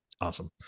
Awesome